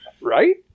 Right